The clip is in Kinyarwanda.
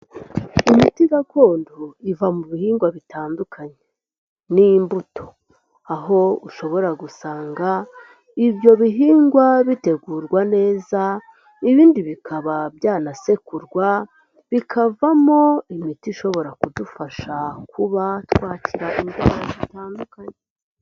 Imiti gakondo iva mu bihingwa bitandukanye n'imbuto, aho ushobora gusanga ibyo bihingwa bitegurwa neza, ibindi bikaba byanasekurwa, bikavamo imiti ishobora kudufasha kuba twakira indwara zitandukanye.